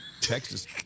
Texas